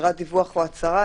מסירת דיווח או הצהרה.